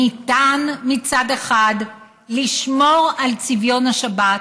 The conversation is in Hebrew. ניתן מצד אחד לשמור על צביון השבת,